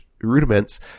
rudiments